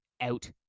out